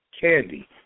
Candy